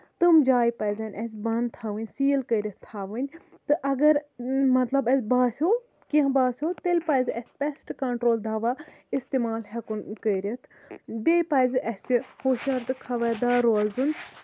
تِم جایہِ پَزن اَسہِ بَند تھاوٕنۍ سیٖل کٔرِتھ تھاوٕنۍ تہٕ اَگر مطلب اَسہِ باسیو کیٚنہہ باسیو تیٚلہِ پَزِ اَسہِ پیسٹ کَنٹرول دوا اِستعمال ہٮ۪کُن کٔرتھ بیٚیہِ پَزِ اَسہِ ہوشیار تہٕ خَبردار روزُن